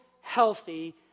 healthy